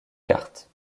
cartes